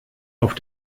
auf